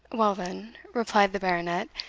well, then, replied the baronet,